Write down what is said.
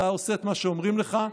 אתה עושה את מה שאומרים לך.